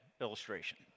illustration